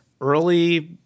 early